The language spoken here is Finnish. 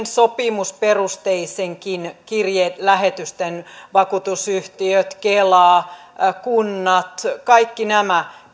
sopimusperusteisetkin kirjelähetykset vakuutusyhtiöt kela kunnat kaikki nämä